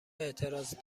اعتراض